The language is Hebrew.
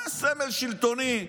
זה סמל שלטוני.